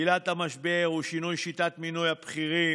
עילת המשבר היא שינוי שיטת מינוי הבכירים,